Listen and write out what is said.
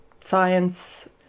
science